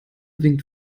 winkt